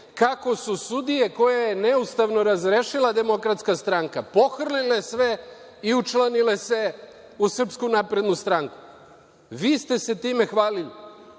kako su sudije koje je neustavno razrešila Demokratska stranka pohrlile sve i učlanile se u Srpsku naprednu stranku. Vi ste se time hvalili.